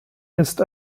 ist